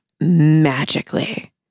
magically